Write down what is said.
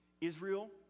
Israel